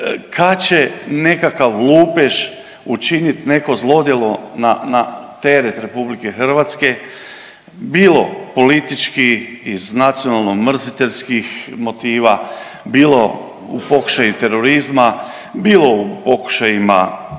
kad će nekakav lupež učiniti neko zlodjelo na teret Republike Hrvatske bilo politički iz nacionalno-mrziteljskih motiva, bilo u pokušaju terorizma, bilo u pokušajima